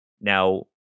Now